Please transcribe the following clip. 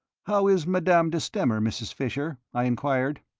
how is madame de stamer, mrs. fisher? i enquired.